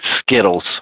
Skittles